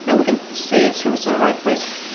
ah we and say services are at risk.